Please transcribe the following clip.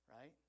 right